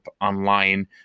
online